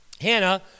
Hannah